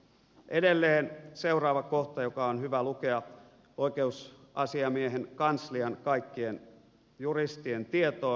edelleen seuraava kohta joka on hyvä lukea oikeusasiamiehen kanslian kaikkien juristien tietoon on seuraava